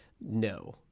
no